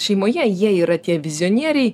šeimoje jie yra tie vizionieriai